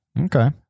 Okay